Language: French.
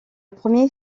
premier